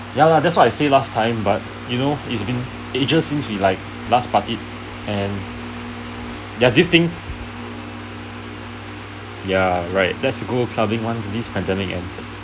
ya lah that's what I say last time but you know it's been ages since we like last party and does this thing ya right let's go clubbing once this pandemic ends